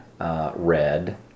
red